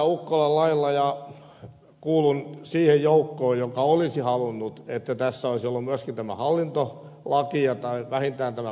ukkolan lailla kuulun siihen joukkoon joka olisi halunnut että tässä olisi ollut myöskin tämä hallintolaki tai vähintään tämä kokeilulaki